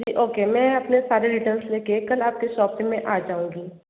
जी okay मैं अपने सारे डिटेल्स लेकर कल आपके शॉप पर मैं आ जाऊंगी